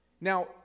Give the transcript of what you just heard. Now